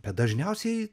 bet dažniausiai